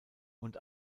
und